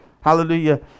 Hallelujah